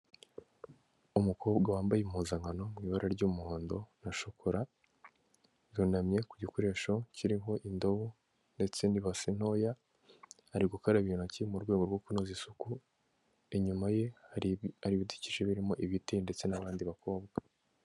Umukobwa wambaye impuzankano mu ibara ry'umuhondo, na shokora yunamye ku gikoresho kiriho indobo ndetse n'ibase ntoya, ari gukaraba intoki mu rwego rwo kunoza isuku, inyuma ye hari ari ibidukikije birimo ibiti ndetse n'abandi bakobwa.